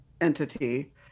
entity –